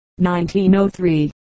1903